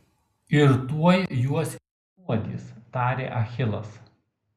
ir tuoj juos išnuodys tarė achilas